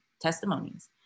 testimonies